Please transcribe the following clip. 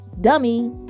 dummy